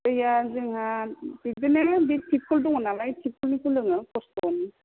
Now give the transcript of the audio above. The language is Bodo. दैआ जोंहा बिदिनो बे थिबख'ल दङ नालाय थिबख'लनिखौ लोङो कस्त'नो